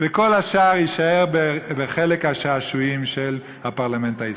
וכל השאר יישאר בחלק השעשועים של הפרלמנט הישראלי.